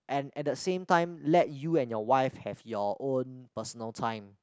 and at the same time let you and your wife have your own personal time